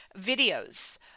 videos